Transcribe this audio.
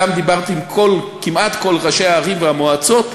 גם דיברתי כמעט עם כל ראשי הערים והמועצות,